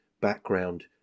background